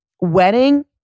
wedding